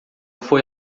foi